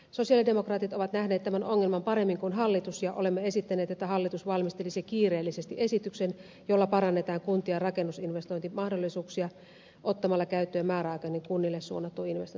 sosialidemokraatit ovat nähneet tämän ongelman paremmin kuin hallitus ja olemme esittäneet että hallitus valmistelisi kiireellisesti esityksen jolla parannetaan kuntien rakennusinvestointimahdollisuuksia ottamalla käyttöön määräaikainen kunnille suunnattu investointituki